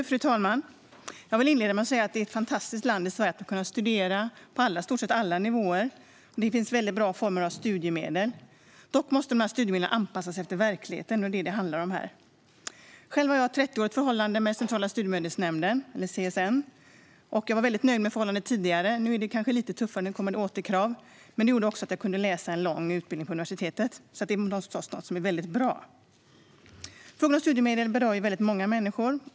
Fru talman! Jag vill inleda med att säga att Sverige är ett fantastiskt land när det gäller möjligheten att studera på i stort sett alla nivåer. Det finns bra former av studiemedel. Dock måste studiemedlen anpassas efter verkligheten, och det är det som det handlar om här. Själv har jag ett 30-årigt förhållande med Centrala Studiestödsnämnden, CSN. Jag har väldigt nöjd med förhållandet tidigare. Nu är det lite tuffare, nu kommer återkrav. Men det har gjort att jag kunnat läsa en lång utbildning på universitet, så det är samtidigt något som är väldigt bra. Frågan om studiemedel berör många människor.